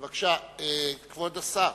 בבקשה, כבוד השר.